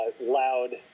loud